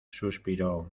suspiró